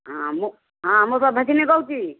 ହଁ ମୁଁ ହଁ ମୁଁ ପ୍ରଭାସିନୀ କହୁଛି